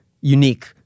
unique